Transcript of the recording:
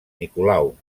nicolau